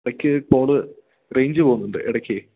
ഇടയ്ക്ക് call range പോകുന്നുണ്ട് ഇടക്ക്